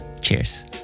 cheers